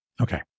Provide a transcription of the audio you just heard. Okay